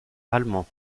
allemand